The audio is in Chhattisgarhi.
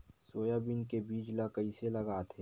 सोयाबीन के बीज ल कइसे लगाथे?